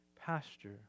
pasture